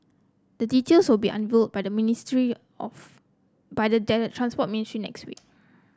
the details will be unveiled by ministry of by the Transport Ministry next week